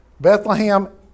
Bethlehem